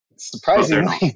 Surprisingly